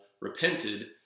repented